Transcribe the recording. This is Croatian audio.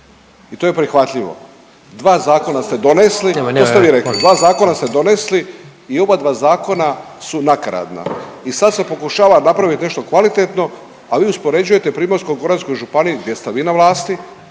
Nemoj, nemoj./... 2 zakona ste donesli i oba dva zakona su nakaradna i sad se pokušava napraviti nešto kvalitetno, a vi uspoređujete u PGŽ gdje ste vi na vlasti